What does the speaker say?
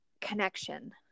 connection